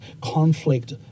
conflict